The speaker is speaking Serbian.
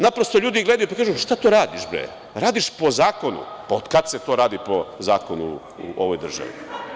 Naprosto ljudi gledaju, pa kažu – šta to radiš, bre, radiš po zakonu, od kada se to radi po zakonu u ovoj državi?